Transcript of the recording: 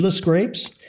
grapes